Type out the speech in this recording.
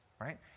right